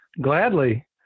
Gladly